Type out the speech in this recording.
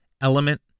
Element